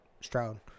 Stroud